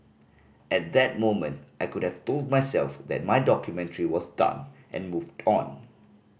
at that moment I could have told myself that my documentary was done and moved on